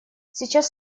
сейчас